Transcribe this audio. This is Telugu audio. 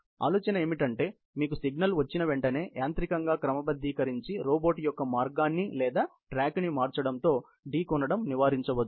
ఆలోచన ఏంటంటే మీకు సిగ్నల్ వచ్చిన వెంటనే యాంత్రికంగా క్రమబద్ధీకరించి రోబోట్ యొక్క మార్గాన్ని లేదా ట్రాక్ ని మార్చడం తో ఢీకొనడం నివారించవచ్చు